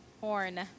Horn